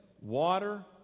water